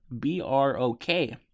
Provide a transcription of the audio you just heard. B-R-O-K